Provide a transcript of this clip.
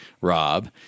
Rob